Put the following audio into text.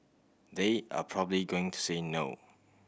they are probably going to say no